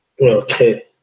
Okay